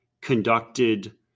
conducted